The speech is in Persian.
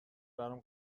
برام